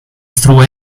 straw